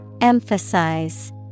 Emphasize